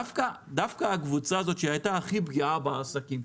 דווקא הקבוצה הזאת שהייתה הכי פגיעה בעסקים,